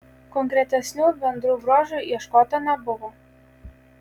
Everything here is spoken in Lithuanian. konkretesnių bendrų bruožų ieškota nebuvo